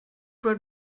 wide